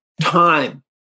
time